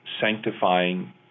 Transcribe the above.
sanctifying